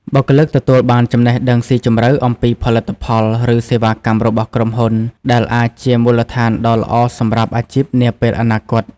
បុគ្គលិកទទួលបានចំណេះដឹងស៊ីជម្រៅអំពីផលិតផល ឬសេវាកម្មរបស់ក្រុមហ៊ុន ដែលអាចជាមូលដ្ឋានដ៏ល្អសម្រាប់អាជីពនាពេលអនាគត។